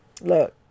look